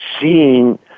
seeing